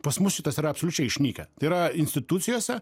pas mus šitas yra absoliučiai išnykę tai yra institucijose